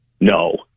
No